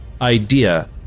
idea